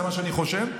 זה מה שאני חושב.